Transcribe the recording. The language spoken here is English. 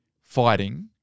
fighting